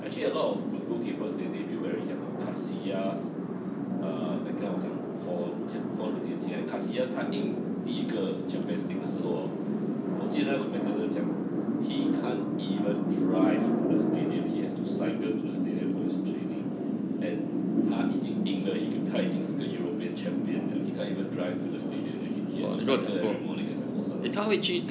actually a lot of good goalkeeper they they build very young [one] [what] casillas uh then 刚才我讲 buffon 讲 buffon 很年轻而已 eh casillas 他赢第一个 champions league 的时候 orh 我记得 competitor 讲 he can't even drive to the stadium he has to cycle to the stadium for his training and 他已经赢了一个他是个 european champion liao he can't even drive to the stadium and he has to cycle every morning to the stadium